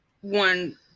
one